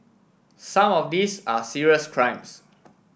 some of these are serious crimes